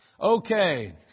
Okay